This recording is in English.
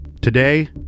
today